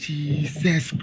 Jesus